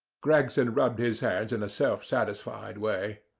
gregson rubbed his hands in a self-satisfied way.